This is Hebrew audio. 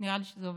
נראה לי שזה עובד.